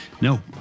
No